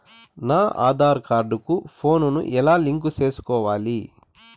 నా ఆధార్ కార్డు కు ఫోను ను ఎలా లింకు సేసుకోవాలి?